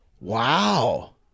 Wow